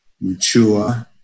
mature